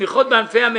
טמיר, רביזיה.